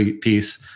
piece